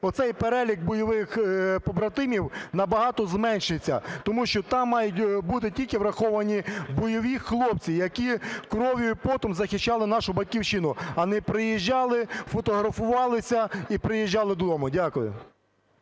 оцей перелік бойових побратимів на багато зменшиться, тому що там мають бути тільки враховані бойові хлопці, які кров'ю і потом захищали нашу Батьківщину, а не приїжджали, фотографувалися і приїжджали додому. Дякую.